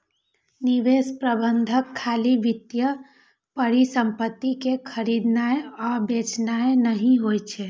निवेश प्रबंधन खाली वित्तीय परिसंपत्ति कें खरीदनाय आ बेचनाय नहि होइ छै